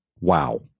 Wow